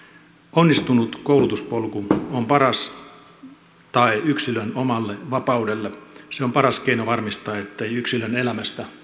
onnistunut koulutuspolku on paras tae yksilön omalle vapaudelle se on paras keino varmistaa ettei yksilön elämästä